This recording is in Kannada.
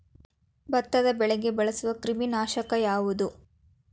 ಭತ್ತದ ಬೆಳೆಗೆ ಬಳಸುವ ಕ್ರಿಮಿ ನಾಶಕ ಯಾವುದು?